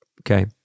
okay